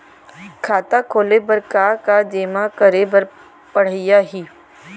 खाता खोले बर का का जेमा करे बर पढ़इया ही?